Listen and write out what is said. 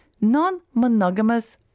non-monogamous